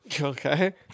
Okay